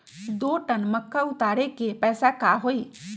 दो टन मक्का उतारे के पैसा का होई?